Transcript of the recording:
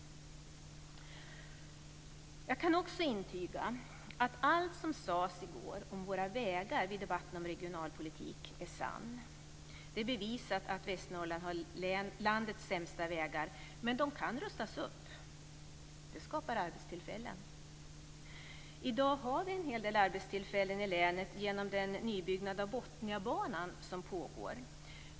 Jag kan också intyga att allt som sades om våra vägar vid debatten om regionalpolitik i går är sant. Det är bevisat att Västernorrland har landets sämsta vägar, men de kan rustas upp. Det skapar arbetstillfällen. I dag har vi en hel del arbetstillfällen i länet genom den nybyggnad av Botniabanan som pågår.